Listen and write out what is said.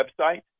website